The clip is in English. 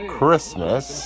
Christmas